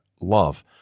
love